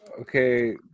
Okay